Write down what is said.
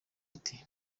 ati